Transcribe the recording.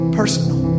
personal